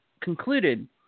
concluded